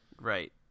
Right